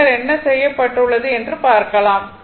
பின்னர் என்ன செய்யப்பட்டுள்ளது என்று பார்க்கலாம்